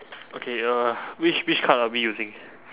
okay uh which which card are we using